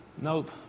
Nope